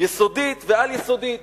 יסודית ועל-יסודית,